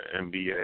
NBA